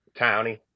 Townie